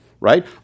right